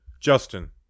Justin